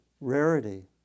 rarity